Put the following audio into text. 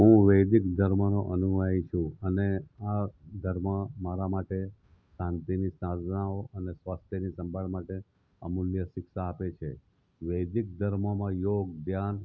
હું વૈદિક ધર્મનો અનુયાયી છું અને આ ધર્મ મારા માટે શાંતિની સાધનાઓ અને સ્વાસ્થ્યની સંભાળ માટે અમૂલ્ય શિક્ષા આપે છે વૈદિક ધર્મમાં યોગ ધ્યાન